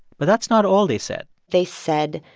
but that's not all they said they said,